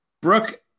Brooke